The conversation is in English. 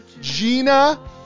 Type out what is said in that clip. Gina